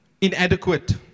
inadequate